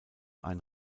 ein